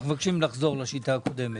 אנחנו מבקשים לחזור לשיטה הקודמת.